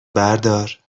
بردار